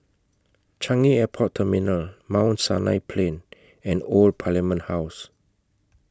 Changi Airport Terminal Mount Sinai Plain and Old Parliament House